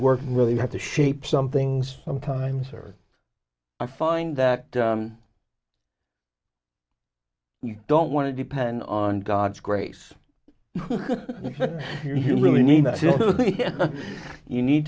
work really you have to shape some things sometimes or i find that you don't want to depend on god's grace you really need that you need